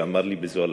שאמר לי בזו הלשון: